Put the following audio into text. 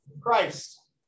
Christ